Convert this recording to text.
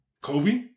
Kobe